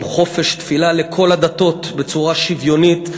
חופש תפילה לכל הדתות בצורה שוויונית.